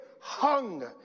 hung